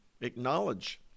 acknowledge